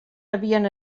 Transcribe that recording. havien